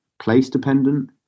place-dependent